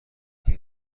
این